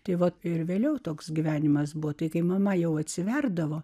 tai vat ir vėliau toks gyvenimas buvo tai kai mama jau atsiverdavo